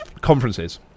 conferences